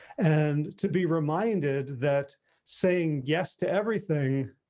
and to be reminded that saying yes to everything,